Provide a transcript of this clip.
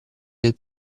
del